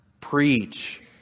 preach